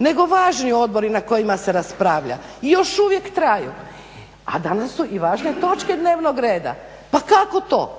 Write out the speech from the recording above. nego važni odbori na kojima se raspravlja i još uvijek traju, a danas su i važne točke dnevnog reda. Pa kako to?